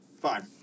Fine